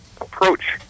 approach